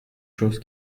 chose